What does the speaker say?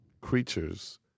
creatures